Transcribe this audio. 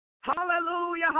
hallelujah